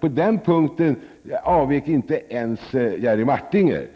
På den punkten avvek inte ens Jerry Martinger.